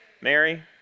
Mary